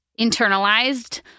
internalized